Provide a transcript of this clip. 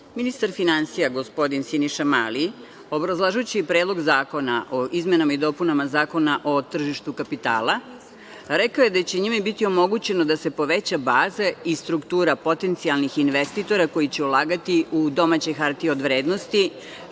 ministar finansija, gospodin Siniša Mali, obrazlažući Predlog zakona o izmenama i dopunama Zakona o tržištu kapitala rekao je da će njime biti omogućeno da se povećaju baze i struktura potencijalnih investitora koji će ulagati i u domaćoj hartiji od vrednosti,